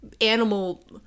animal